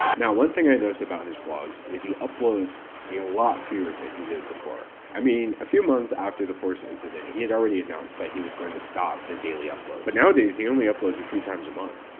now, one thing i notice about his vlogs is he uploads a lot fewer than he did before. i mean, a few months after the first incident, he had already announced that he was going to stop the daily upload, but nowadays, he only uploads a few times a month.